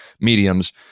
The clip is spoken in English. mediums